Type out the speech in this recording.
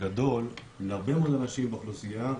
גדול להרבה מאוד אנשים באוכלוסייה.